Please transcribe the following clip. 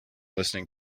listening